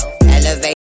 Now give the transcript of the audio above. Elevate